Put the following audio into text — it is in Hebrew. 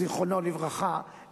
זיכרונו לברכה,